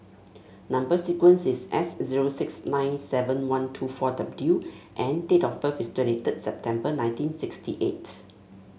number sequence is S zero six nine seven one two four W and date of birth is twenty third September nineteen sixty eight